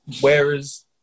whereas